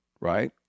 right